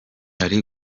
hari